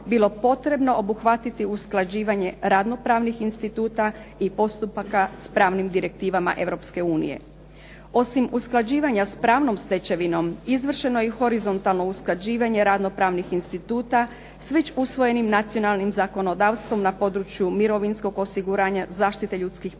bilo potrebno obuhvatiti usklađivanje radno-pravnih instituta i postupaka s pravnim direktivama Europske unije. Osim usklađivanja s pravnom stečevinom izvršeno je i horizontalno usklađivanje radno-pravnih instituta s već usvojenim nacionalnim zakonodavstvom na području mirovinskog osiguranja, zaštiti ljudskih prava,